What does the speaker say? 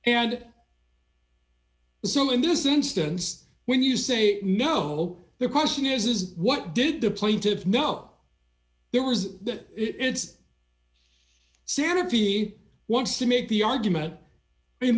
and so in this instance when you say no the question is is what did the plaintiffs know there was that it's sanity wants to make the argument